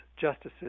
justices